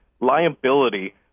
liability